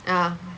ah